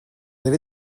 avez